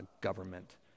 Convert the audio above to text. government